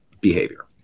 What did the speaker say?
behavior